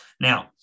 Now